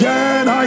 Again